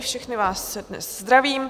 Všechny vás dnes zdravím.